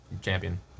champion